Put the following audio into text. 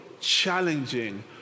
challenging